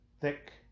thick